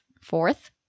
Fourth